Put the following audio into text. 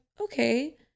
okay